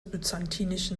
byzantinischen